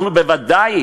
אנחנו בוודאי